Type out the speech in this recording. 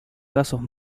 casos